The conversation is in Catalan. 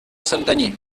santanyí